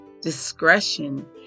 Discretion